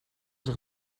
zich